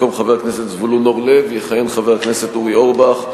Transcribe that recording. במקום חבר הכנסת זבולון אורלב יכהן חבר הכנסת אורי אורבך.